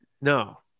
No